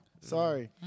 Sorry